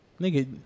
Nigga